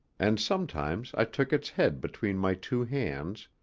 and sometimes i took its head between my two hands,